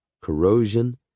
corrosion